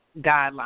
guidelines